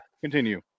continue